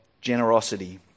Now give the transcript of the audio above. generosity